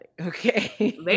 okay